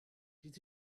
did